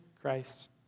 Christ